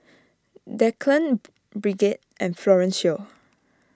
Declan Bridget and Florencio